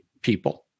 people